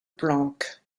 planck